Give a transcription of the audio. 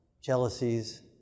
jealousies